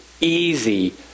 easy